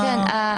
כן,